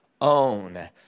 own